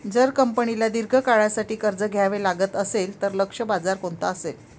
जर कंपनीला दीर्घ काळासाठी कर्ज घ्यावे लागत असेल, तर लक्ष्य बाजार कोणता असेल?